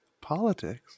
Politics